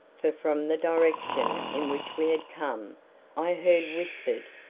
for from the direction in which we had come i heard whispered,